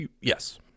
Yes